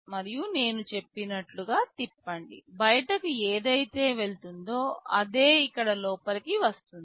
మరియు నేను చెప్పినట్లుగా తిప్పండి బయటకి ఏదైతే వెళ్తుందో అదే ఇక్కడ లోపలికి వస్తుంది